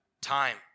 Time